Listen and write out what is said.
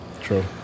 True